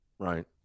Right